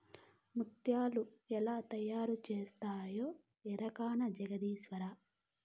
ముత్యాలు ఎలా తయారవుతాయో ఎరకనా జగదీశ్వరా